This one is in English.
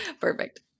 Perfect